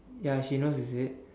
ya she knows is it